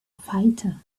fighter